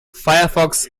firefox